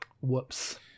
whoops